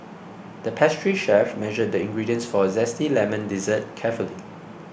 the pastry chef measured the ingredients for a Zesty Lemon Dessert carefully